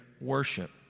worship